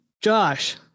Josh